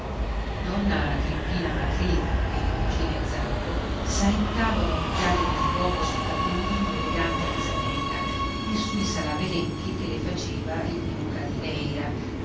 donna agrippina macrì e le cugine zacco saettavano occhiate di fuoco sul cappellino elegante d'isabella e sui salamelecchi che le faceva il duca di leyra